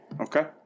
Okay